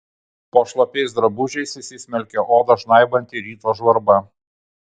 po šlapiais drabužiais įsismelkė odą žnaibanti ryto žvarba